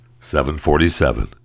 747